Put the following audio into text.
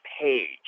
page